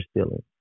stealing